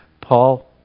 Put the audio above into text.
Paul